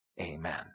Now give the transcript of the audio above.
Amen